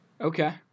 Okay